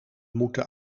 moeten